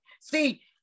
See